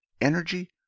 Energy